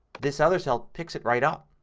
this other cell picks it right up.